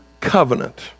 covenant